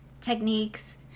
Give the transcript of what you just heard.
techniques